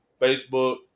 Facebook